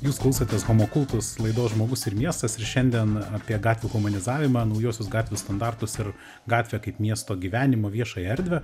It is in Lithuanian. jūs klausotės homo kultus laidos žmogus ir miestas ir šiandien apie gatvių humanizavimą naujuosius gatvių standartus ir gatvę kaip miesto gyvenimo viešąją erdvę